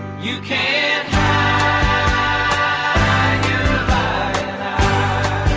are